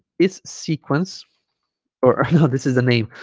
is sequence or no this is the name